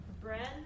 Bread